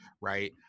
right